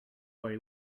worry